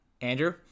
Andrew